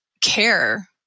care